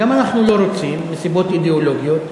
גם אנחנו לא רוצים, מסיבות אידיאולוגיות,